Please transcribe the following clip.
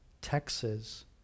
Texas